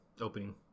opening